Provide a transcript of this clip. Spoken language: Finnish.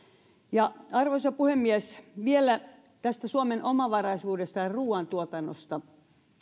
arvoisa puhemies vielä tästä suomen omavaraisuudesta ja ruuantuotannosta